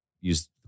use